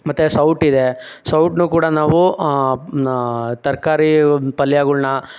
ಮತ್ತೆ ಸೌಟ್ ಇದೆ ಸೌಟ್ನು ಕೂಡ ನಾವು ತರಕಾರಿ ಪಲ್ಯಗಳನ್ನ